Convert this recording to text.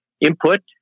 input